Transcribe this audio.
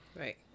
Right